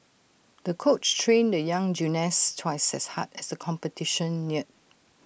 the coach trained the young gymnast twice as hard as the competition neared